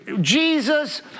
Jesus